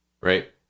right